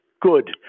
Good